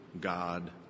God